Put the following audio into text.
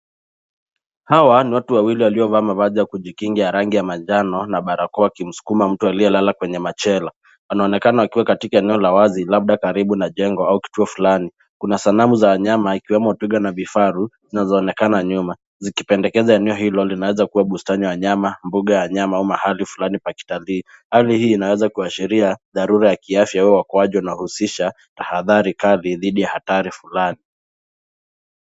Hawa ni watu wawili waliovaa mavazi ya kujikinga ya rangi ya manjano na barakoa wakimsukuma mtu aliyelala kwenye machela anaonekana akiwa katika eneo la wazi labda karibu na jengo au kituo fulani ,kuna sanamu za wanyama ikiwemo twiga na vifaru zinazonekna nyuma zikipendekeza eneo hilo linaweza kuwa bustani ya wanyama ,mbuga ya wanyama au mahali fulani pakitalii. Hali hii inaashiria dharura ya kiafya au uokoaji unahusisha tahadhari kali dhidi ya hatari fulani.